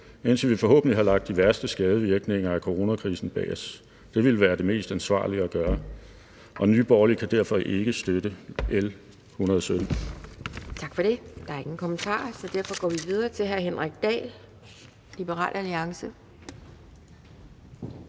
indtil vi forhåbentlig har lagt de værste skadevirkninger af coronakrisen bag os. Det ville være det mest ansvarlige at gøre, og Nye Borgerlige kan derfor ikke støtte L 117.